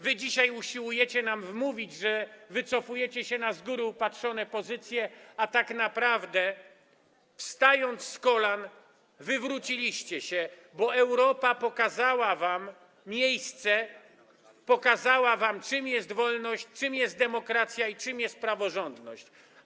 Wy dzisiaj usiłujecie nam wmówić, że wycofujecie się na z góry upatrzone pozycje, a tak naprawdę, wstając z kolan, wywróciliście się, bo Europa pokazała wam miejsce, pokazała wam, czym jest wolność, czym jest demokracja i czym jest praworządność.